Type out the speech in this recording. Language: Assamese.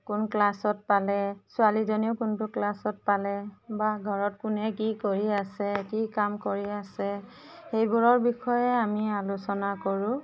কোন ক্লাছত পালে ছোৱালীজনীও কোনটো ক্লাছত পালে বা ঘৰত কোনে কি কৰি আছে কি কাম কৰি আছে সেইবোৰৰ বিষয়ে আমি আলোচনা কৰোঁ